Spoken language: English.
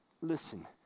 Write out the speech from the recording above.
listen